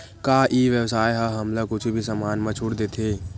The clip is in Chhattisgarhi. का ई व्यवसाय ह हमला कुछु भी समान मा छुट देथे?